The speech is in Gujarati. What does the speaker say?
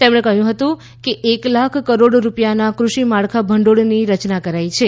તેમણે કહ્યું કે એક લાખ કરોડ રૂપિયાના ક્રષિ માળખા ભંડોળની રચના કરાઈ છે